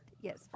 Yes